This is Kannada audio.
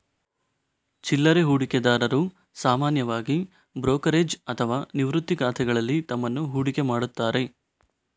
ಚಿಲ್ಲರೆ ಹೂಡಿಕೆದಾರರು ಸಾಮಾನ್ಯವಾಗಿ ಬ್ರೋಕರೇಜ್ ಅಥವಾ ನಿವೃತ್ತಿ ಖಾತೆಗಳಲ್ಲಿ ತಮ್ಮನ್ನು ಹೂಡಿಕೆ ಮಾಡುತ್ತಾರೆ